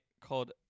called